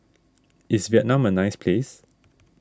is Vietnam a nice place